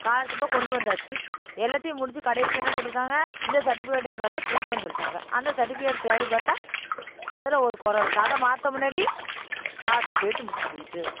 ஸ்காலர்ஷிப்ப கொண்டு வந்தாச்சு எல்லாத்தையும் முடிச்சு கடைசியில் என்ன கேட்டிருக்காங்க இந்த சர்ட்டிஃபிகேட் இருந்தால்தான் கொடுப்பேன்னு சொல்லிவிட்டாங்க அந்த சர்ட்டிஃபிகேட்டை தேடிப்பார்த்தா அதில் ஒரு குறை இருக்குது அதை மாற்ற முன்னாடி ஸ்காலர்ஷிப் டேட்டு முடிஞ்சுப் போயிட்டு